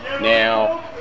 now